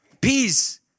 Peace